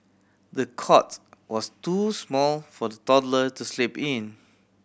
the cots was too small for the toddler to sleep in